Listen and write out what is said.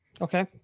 Okay